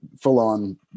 full-on